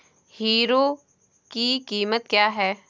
Hero की कीमत क्या है?